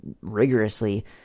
rigorously